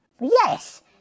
Yes